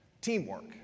Teamwork